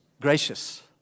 Gracious